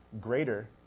greater